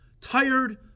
tired